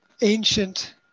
ancient